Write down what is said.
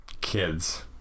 Kids